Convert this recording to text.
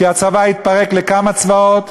כי הצבא יתפרק לכמה צבאות.